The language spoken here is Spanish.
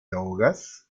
ahogas